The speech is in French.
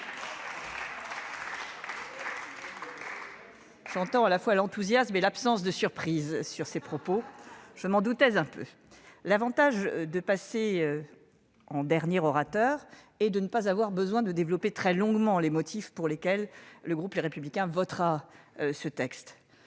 J'entends à la fois l'enthousiasme et l'absence de surprise face à ces propos ... Je m'en doutais un peu ! L'avantage que me confère ma position de dernier orateur est de ne pas avoir besoin de développer très longuement les motifs pour lesquels le groupe Les Républicains votera ce texte.